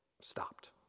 stopped